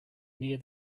near